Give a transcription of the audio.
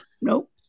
nope